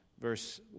Verse